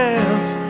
else